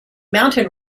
mountain